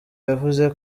yavuze